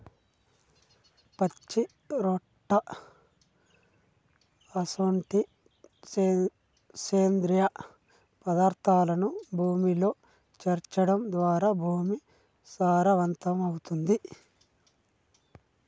పచ్చిరొట్ట అసొంటి సేంద్రియ పదార్థాలను భూమిలో సేర్చడం ద్వారా భూమి సారవంతమవుతుంది